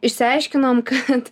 išsiaiškinom kad